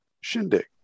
Shindig